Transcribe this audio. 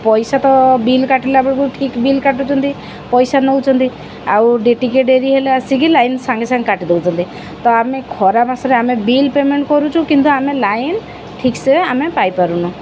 ପଇସା ତ ବିଲ୍ କାଟିଲା ବଳକୁ ଠିକ ବିଲ୍ କାଟୁଛନ୍ତି ପଇସା ନଉଛନ୍ତି ଆଉ ଡେ ଟିକେ ଡେରି ହେଲେ ଆସିକି ଲାଇନ ସାଙ୍ଗେ ସାଙ୍ଗେ କାଟିଦଉଛନ୍ତି ତ ଆମେ ଖରା ମାସରେ ଆମେ ବିଲ୍ ପେମେଣ୍ଟ କରୁଛୁ କିନ୍ତୁ ଆମେ ଲାଇନ ଠିକ୍ସେ ଆମେ ପାଇପାରୁନୁ